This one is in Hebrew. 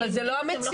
אבל זו לא המציאות.